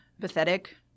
pathetic